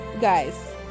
guys